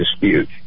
dispute